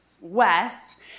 west